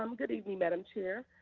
um good evening, madam chair,